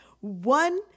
one